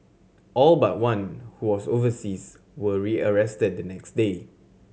all but one who was overseas were rearrested the next day